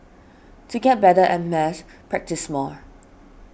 to get better at maths practise more